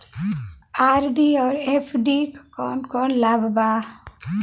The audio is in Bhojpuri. आर.डी और एफ.डी क कौन कौन लाभ बा?